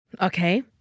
Okay